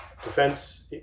Defense